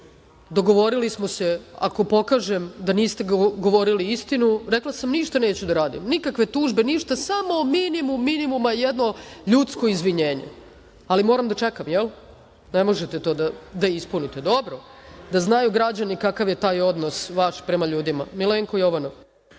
dogovorili smo se ako pokažem da niste govorili istinu, rekla sam ništa neću da radim, nikakve tužbe, ništa, samo minimum minimuma jedno ljudsko izvinjenje, ali moram da čekam, jel? Ne možete to da ispunite. Dobro. Da znaju građani kakav je taj odnos vaš prema ljudima. Reč ima Milenko Jovanov.